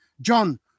John